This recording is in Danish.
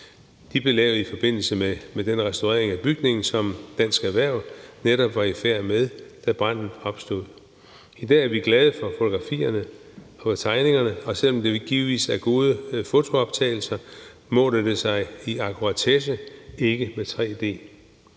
De blev lavet i forbindelse med den restaurering af bygningen, som Dansk Erhverv netop var i færd med, da branden opstod. I dag er vi glade for fotografierne og tegningerne, men selv om det givetvis er gode fotooptagelser, måler det sig i akkuratesse ikke med